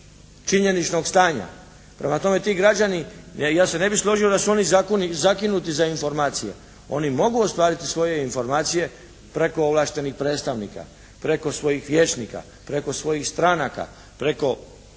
činjeničnog stanja. Prema tome, ti građani, ja se ne bi složio da su oni zakinuti za informacije. Oni mogu ostvariti svoje informacije preko ovlaštenih predstavnika, preko svojih vijećnika, preko svojih stranaka, preko